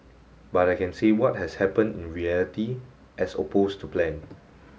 but I can say what has happened in reality as opposed to plan